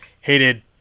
hated